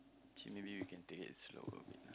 actually maybe you can take it slower a little bit